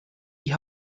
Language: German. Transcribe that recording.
die